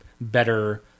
better